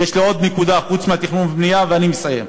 יש לי עוד נקודה חוץ מתכנון ובנייה ואני מסיים.